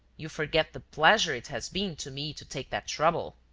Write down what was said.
you forget the pleasure it has been to me to take that trouble.